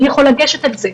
מי יכול לגשת לזה,